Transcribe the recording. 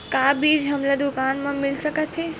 का बीज हमला दुकान म मिल सकत हे?